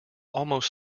almost